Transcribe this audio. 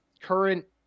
current